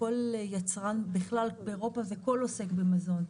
כל עוסק במזון באירופה,